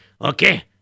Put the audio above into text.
Okay